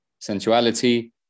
sensuality